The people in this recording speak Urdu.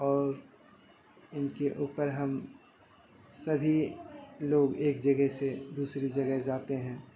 اور ان کے اوپر ہم سبھی لوگ ایک جگہ سے دوسری جگہ جاتے ہیں